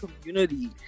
community